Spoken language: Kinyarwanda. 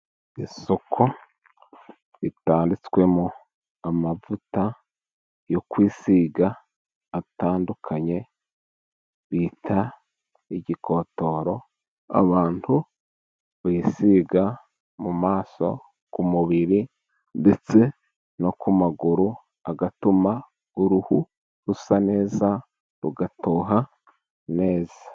Isoko ritanditswemo amavuta yo kwisiga atandukanye bita igikotoro, abantu bisiga mu maso, ku mubiri, ndetse no ku maguru, agatuma uruhu rusa neza, rugatoha neza.